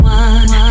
one